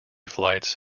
flights